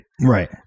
Right